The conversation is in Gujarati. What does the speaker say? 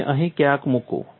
તેને અહીં ક્યાંક મૂકો